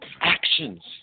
actions